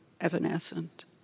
evanescent